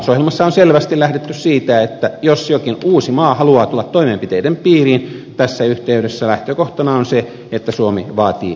mutta hallitusohjelmassa on selvästi lähdetty siitä että jos jokin uusi maa haluaa tulla toimenpiteiden piiriin tässä yhteydessä lähtökohtana on se että suomi vaatii vakuuksia